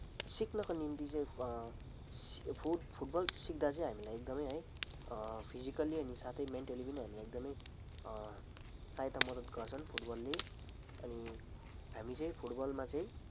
सिक्नको निम्ति चाहिँ सि फुट फुटबल सिक्दा चाहिँ हामीलाई एकदमै है फिजिकली अनि साथै मेन्टली पनि हामीलाई एकदमै सहायता मद्दत गर्छन् फुटबलले अनि हामी चाहिँ फुटबलमा चाहिँ